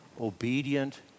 obedient